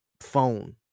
phone